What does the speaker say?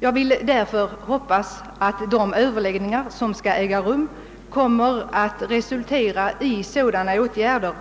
Jag hoppas därför att de överläggningar som skall äga rum kommer att resultera i sådana åtgärder